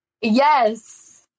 Yes